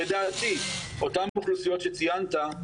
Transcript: לדעתי אותן אוכלוסיות שציינת,